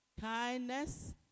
kindness